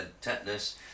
tetanus